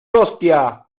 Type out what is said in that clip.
hostia